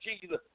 Jesus